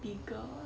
beagle